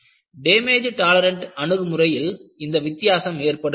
damage tolerant அணுகுமுறையில் இந்த வித்தியாசம் ஏற்படுகிறது